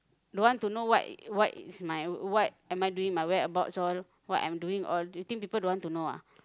don't want to know what what is my what am I doing with my whereabouts all what I'm doing all you think people don't want to know ah